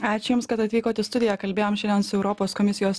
ačiū jums kad atvykot į studiją kalbėjom šiandien su europos komisijos